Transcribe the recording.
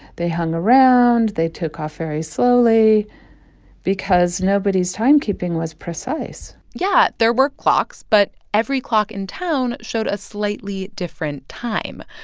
they hung around. they took off very slowly because nobody's timekeeping was precise yeah, there were clocks. but every clock in town showed a slightly different time.